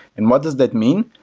and what does that mean?